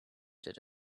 did